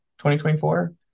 2024